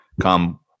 come